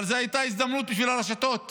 אבל זו הייתה הזדמנות בשביל הרשתות